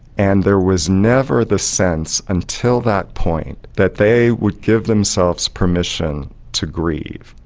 and there was never the sense until that point that they would give themselves permission to grieve,